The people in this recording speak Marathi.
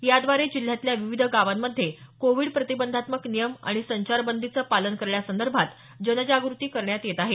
याद्वारे जिल्ह्यातल्या विविध गावांमध्ये कोविड प्रतिबंधात्मक नियम आणि संचारबंदीचं पालन करण्यासंदर्भात जनजागृती करण्यात येत आहे